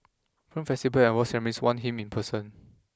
film festivals andawards ceremonies want him in person